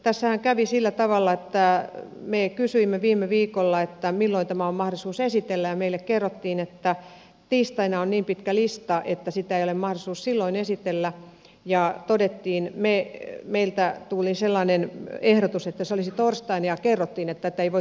tässähän kävi sillä tavalla että me kysyimme viime viikolla milloin tämä on mahdollisuus esitellä ja meille kerrottiin että tiistaina on niin pitkä lista että sitä ei ole mahdollista silloin esitellä ja meiltä tuli sellainen ehdotus että se olisi torstaina ja kerrottiin että tätä ei voi torstaina esitellä